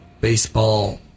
baseball